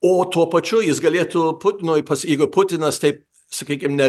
o tuo pačiu jis galėtų putinui jeigu putinas taip sakykim ne